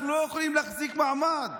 אנחנו לא יכולים להחזיק מעמד